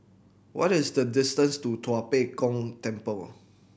what is the distance to Tua Pek Kong Temple